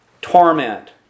torment